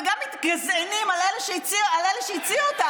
באמת,